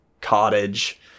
cottage